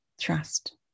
Trust